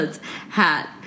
hat